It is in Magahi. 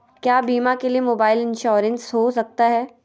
क्या बीमा के लिए मोबाइल इंश्योरेंस हो सकता है?